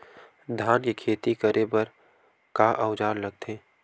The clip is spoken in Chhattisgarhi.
धान के खेती करे बर का औजार लगथे?